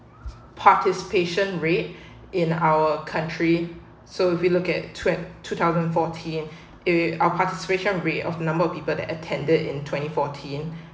positive patient rate in our country so we look at twent~ two thousand fourteen it our participation rate of number of people that attended in twenty fourteen